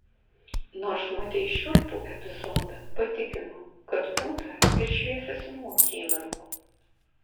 nors matei šiurpų epizodą patikinu kad būta ir šviesesnių akimirkų